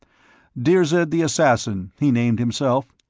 dirzed the assassin, he named himself.